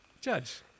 judge